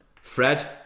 Fred